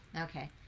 Okay